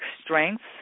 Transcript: strengths